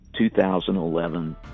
2011